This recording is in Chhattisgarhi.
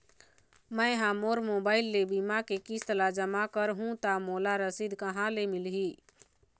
मैं हा मोर मोबाइल ले बीमा के किस्त ला जमा कर हु ता मोला रसीद कहां ले मिल ही?